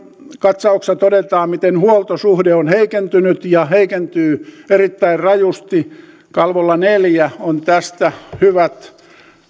katsauksessa todetaan miten huoltosuhde on heikentynyt ja heikentyy erittäin rajusti kalvolla neljä on tästä